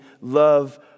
love